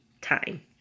time